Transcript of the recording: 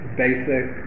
basic